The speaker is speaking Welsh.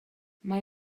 mae